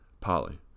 Polly